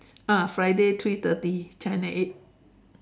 ah Friday three thirty channel eight